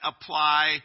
apply